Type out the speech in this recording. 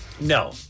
No